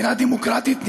מדינה דמוקרטית נאורה,